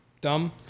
dumb